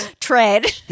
trade